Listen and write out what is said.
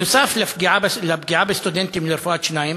נוסף על הפגיעה בסטודנטים לרפואת שיניים